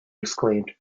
exclaimed